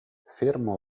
fermo